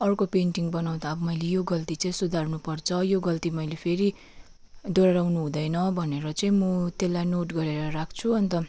अर्को पेन्टिङ बनाउँदा अब मैले यो गल्ती चाहिँ सुधार्नु पर्छ यो गल्ती मैले फेरि दोहोऱ्याउनु हुँदैन भनेर चाहिँ म त्यसलाई नोट गरेर राख्छु अन्त